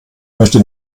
möchte